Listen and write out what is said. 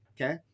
Okay